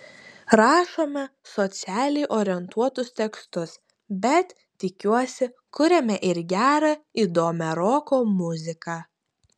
rašome socialiai orientuotus tekstus bet tikiuosi kuriame ir gerą įdomią roko muziką